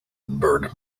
burned